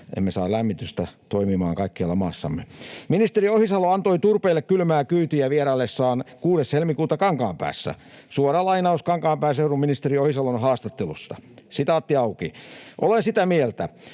emme saa lämmitystä toimimaan kaikkialla maassamme. Ministeri Ohisalo antoi turpeelle kylmää kyytiä vieraillessaan 6. helmikuuta Kankaanpäässä. Suora lainaus ministeri Ohisalon haastattelusta Kankaanpään Seudussa: ”Olen sitä mieltä,